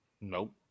Nope